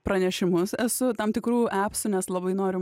pranešimus esu tam tikrų epsų nes labai noriu